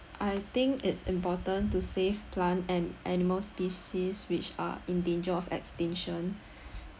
I think it's important to save plant and animal species which are in danger of extinction